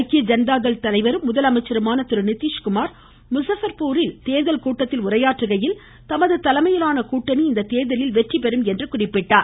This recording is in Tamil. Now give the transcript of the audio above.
ஐக்கிய ஜனதாதள் தலைவரும் முதலமைச்சருமான திருநிதிஷ்குமார் முஸாபர்பூரில் தேர்தல் கூட்டத்தில் உரையாற்றுகையில் தமது தலைமையிலான கூட்டணி இந்த தேர்தலில் வெற்றிபெறும் என்று குறிப்பிட்டார்